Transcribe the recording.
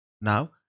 now